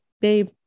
babe